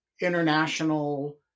international